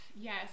Yes